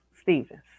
Stevens